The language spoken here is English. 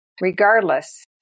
Regardless